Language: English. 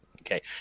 Okay